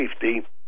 safety